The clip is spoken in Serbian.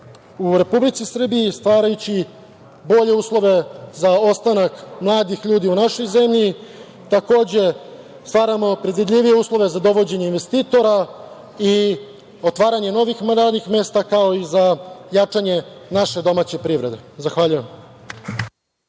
u Republici Srbiji stvarajući bolje uslove za ostanak mladih ljudi u našoj zemlji. Takođe, stvaramo predvidljivije uslove za dovođenje investitora i otvaranje novih radnih mesta, kao i za jačanje naše domaće privrede. Zahvaljujem.